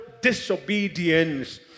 disobedience